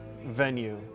venue